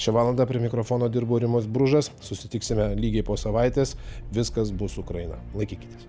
šią valandą prie mikrofono dirbo rimas bružas susitiksime lygiai po savaitės viskas bus ukraina laikykitės